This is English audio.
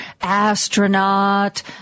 astronaut